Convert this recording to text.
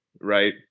right